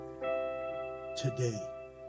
today